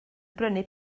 brynu